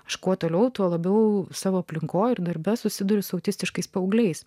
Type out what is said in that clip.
kuo toliau tuo labiau savo aplinkoje ir darbe susiduriu su autistiškais paaugliais